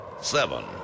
seven